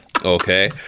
Okay